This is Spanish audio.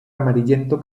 amarillento